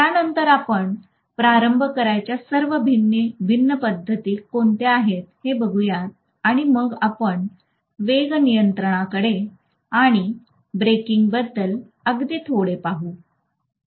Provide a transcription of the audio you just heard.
त्यानंतर आपण प्रारंभ करण्याच्या सर्व भिन्न पद्धती कोणत्या आहेत हे बघुयात आणि मग आपण वेग नियंत्रणाकडे आणि ब्रेकिंगबद्दल अगदी थोडे पाहू